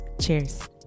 Cheers